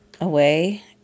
away